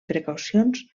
precaucions